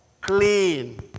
Clean